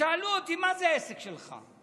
שאלו אותי: מה זה העסק שלך?